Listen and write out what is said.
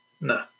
No